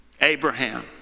Abraham